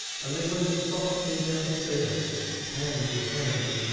and they went softly downstairs hand in hand,